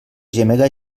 gemega